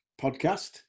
podcast